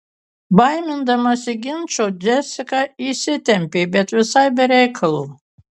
baimindamasi ginčo džesika įsitempė bet visai be reikalo